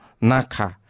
naka